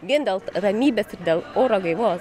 vien dėl ramybės ir dėl oro gaivos